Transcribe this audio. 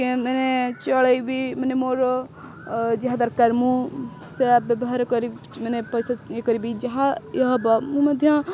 ମାନେ ଚଳେଇବି ମାନେ ମୋର ଯାହା ଦରକାର ମୁଁ ସେଇଆ ବ୍ୟବହାର କରିବି ମାନେ ପଇସା ଇଏ କରିବି ଯାହା ଇଏ ହେବ ମୁଁ ମଧ୍ୟ